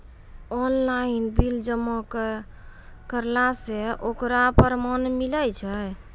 Online bill जमा करला से ओकरौ परमान मिलै छै?